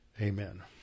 Amen